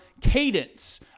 cadence